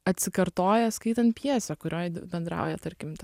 atsikartoja skaitant pjesę kurioj bendrauja tarkim ta